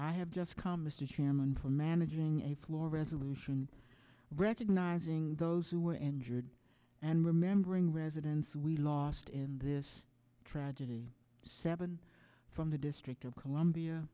chairman for managing a floor resolution recognizing those who were injured and remembering residents we lost in this tragedy seven from the district of columbia